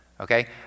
okay